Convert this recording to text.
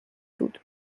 بود